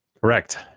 Correct